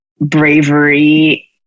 bravery